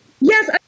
Yes